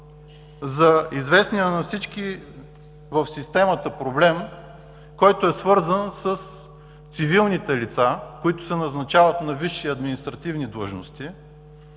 за известния на всички в системата проблем, който е свързан с цивилните лица, които се назначават на висши административни длъжности,